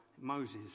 Moses